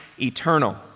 eternal